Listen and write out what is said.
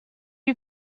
you